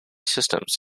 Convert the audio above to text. systems